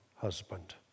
husband